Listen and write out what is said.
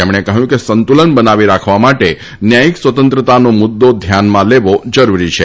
તેમણે કહ્યું કે સંતુલન બનાવી રાખવા માટે ન્યાયિક સ્વતંત્રતાનો મુદ્દો ધ્યાનમાં લેવો જરૂરી છે